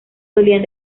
solían